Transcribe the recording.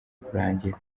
kurangira